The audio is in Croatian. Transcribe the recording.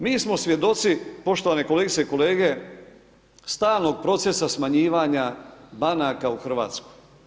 Mi smo svjedoci, poštovane kolegice i kolege, stalnog procesa smanjivanja banaka u Hrvatskoj.